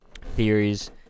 theories